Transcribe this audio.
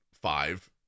five